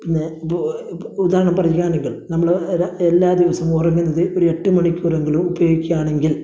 പിന്നെ ഉദാഹരണം പറയുകയാണെങ്കിൽ നമ്മൾ എര എല്ലാ ദിവസവും ഉറങ്ങുന്നത് ഒരെട്ട് മണിക്കൂറെങ്കിലും ഉപയോഗിക്കുകയാണെങ്കിൽ